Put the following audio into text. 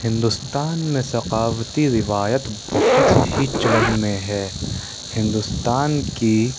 ہندوستان میں ثقافتی روایت بہت ہی چلن میں ہے ہندوستان کی